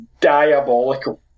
diabolical